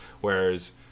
whereas